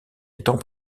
étant